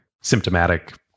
symptomatic